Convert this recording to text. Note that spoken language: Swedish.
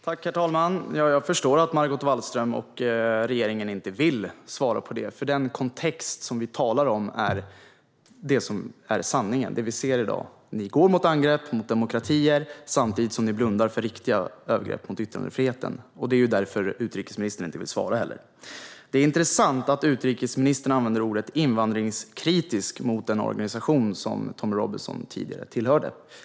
Herr talman! Jag förstår att Margot Wallström och regeringen inte vill svara på detta, för den kontext vi talar om och som vi ser är sanningen. Ni går till angrepp mot demokratier samtidigt som ni blundar för riktiga övergrepp mot yttrandefriheten. Det är därför utrikesministern inte vill svara. Det är intressant att utrikesministern använder ordet "invandringskritisk" om den organisation som Tommy Robinson tidigare tillhörde.